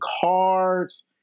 Cards